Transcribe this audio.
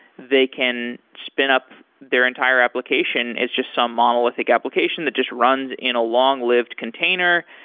they can spin up their entire application as just some monolithic application that just runs in a long-lived container,